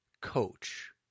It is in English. coach